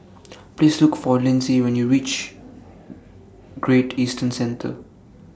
Please Look For Linsey when YOU REACH Great Eastern Centre